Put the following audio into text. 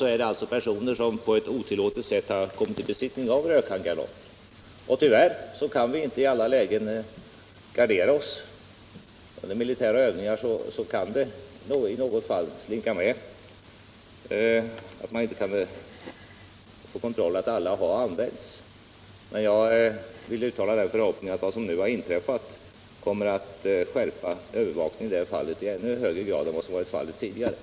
Nu har alltså personer på ett otillåtet sätt kommit i besittning av rökhandgranater. Tyvärr kan vi inte i alla lägen gardera oss mot sådant - under militärövningar går det inte att kontrollera att alla rökhandgranater har använts. Jag hoppas emellertid att vad som nu har inträffat kommer att medföra att övervakningen skärps i ännu högre grad än vad som varit fallet tidigare.